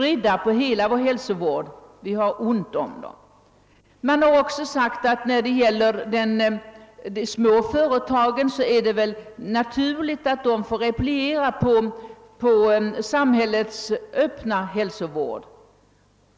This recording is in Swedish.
I remissvaren har man också sagt, att det är naturligt att de små företagen får repliera på samhällets öppna hälsovård.